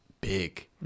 big